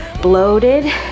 bloated